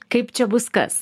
kaip čia bus kas